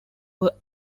were